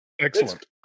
excellent